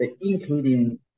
including